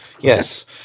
Yes